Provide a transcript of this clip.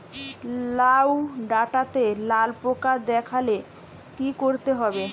লাউ ডাটাতে লাল পোকা দেখালে কি করতে হবে?